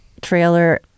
trailer